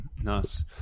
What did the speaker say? Nice